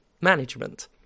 management